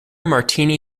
martini